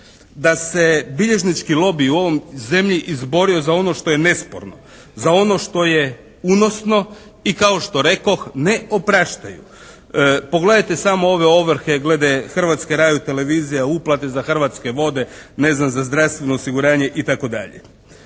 da se bilježnički lobij u ovoj zemlji izborio za ono što je nesporno. Za ono što je unosno i kao što rekoh, ne opraštaju. Pogledajte samo ove ovrhe glede Hrvatske radiotelevizije, uplate za Hrvatske vode, ne znam, za zdravstveno osiguranje, itd.